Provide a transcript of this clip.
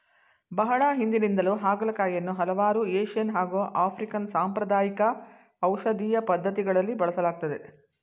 ಬಹಳ ಹಿಂದಿನಿಂದಲೂ ಹಾಗಲಕಾಯಿಯನ್ನು ಹಲವಾರು ಏಶಿಯನ್ ಹಾಗು ಆಫ್ರಿಕನ್ ಸಾಂಪ್ರದಾಯಿಕ ಔಷಧೀಯ ಪದ್ಧತಿಗಳಲ್ಲಿ ಬಳಸಲಾಗ್ತದೆ